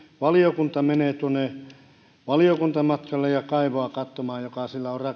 valiokunta menee valiokuntamatkalle katsomaan kaivoa joka on rakennettu yhdellä miljoonalla